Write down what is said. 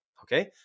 Okay